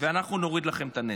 ואנחנו נוריד לכם את הנטל.